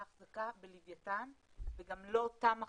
החזקה בלווייתן וגם לא אותם מחזיקים.